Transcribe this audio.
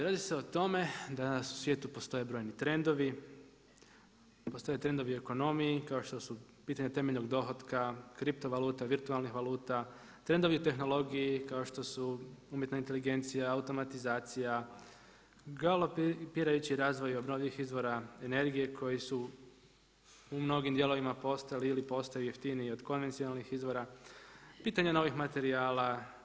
Radi se o tome danas u svijetu postoje brojni trendovi, postoje trendovi u ekonomiji, kao što su pitanje temeljenog dohotka, kripto valuta, virtualnih valuta trendovi u tehnologiji kao što su umjetna inteligencija, automatizacija, galopirajući razvoj obnovljivih izvora energije koji su mnogim dijelovima postali ili postaju jeftiniji od konvencionalnih izvora, pitanja novih materijala.